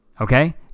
Okay